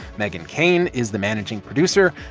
meghan keane is the managing producer.